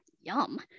yum